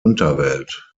unterwelt